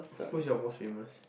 who is your most famous